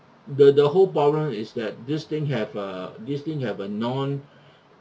the the whole problem is that this thing have err this thing have a non